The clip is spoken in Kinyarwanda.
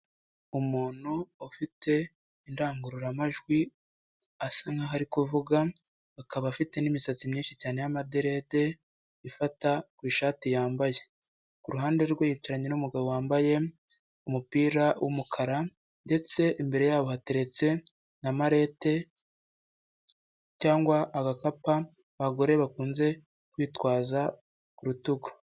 Umuntu ufite indangururamajwi asa nk’aho ari kuvuga, akaba afite n'imisatsi myinshi cyane y'amaderede ifata kw’ishati yambaye, ku ruhande rwe yicaranye n'umugabo wambaye umupira w’umukara, ndetse imbere yabo hateretse na mallet cyangwa agakapu abagore bakunze kwitwaza k’urutugu.